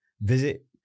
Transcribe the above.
Visit